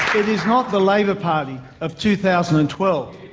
it is not the labor party of two thousand and twelve.